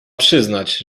przyznać